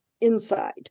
inside